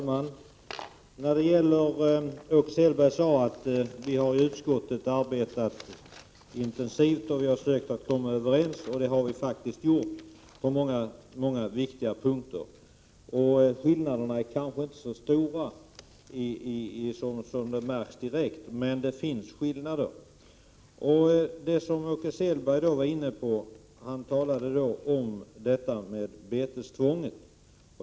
Herr talman! Åke Selberg sade att vi i utskottet har arbetat intensivt och försökt komma överens, vilket vi faktiskt också gjort på många viktiga punkter. Skillnaderna är inte så stora, men det finns skillnader. Åke Selberg talade om betesgångstvånget.